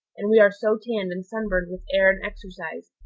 and we are so tanned and sunburned with air and exercise,